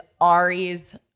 Ari's